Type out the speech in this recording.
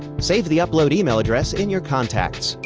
save the upload e-mail address in your contacts.